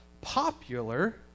popular